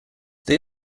they